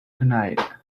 tonight